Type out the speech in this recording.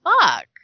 fuck